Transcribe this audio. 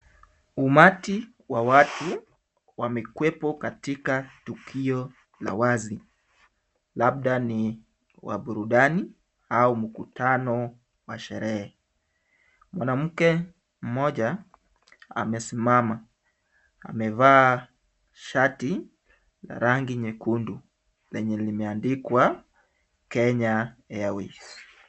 Umati wa watu wamekuwepo katika tukio la wazi labda ni wa burudani au mkutano wa sherehe. Mwanamke mmoja amesimama, amevaa shati la rangi nyekundu lenye limeandikwa Kenya Airways.